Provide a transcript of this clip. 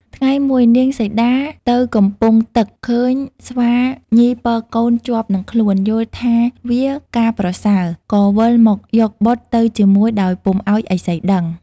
ថ្ងៃមួយនាងសីតាទៅកំពង់ទឹកឃើញស្វាញីពរកូនជាប់នឹងខ្លួនយល់ថាវាការប្រសើរ ក៏វិលមកយកបុត្រទៅជាមួយដោយពុំឱ្យឥសីដឹង។